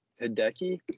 Hideki